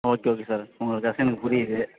okay okay sir உங்கள் கஷ்டம் எனக்குப் புரியுது